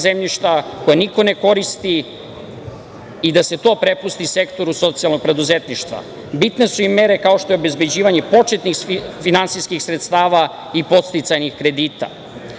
koje niko ne koristi i da se to prepusti sektoru socijalnog preduzetništva. Bitne su i mere kao što je obezbeđivanje početnih finansijskih sredstava i podsticajnih kredita. Stav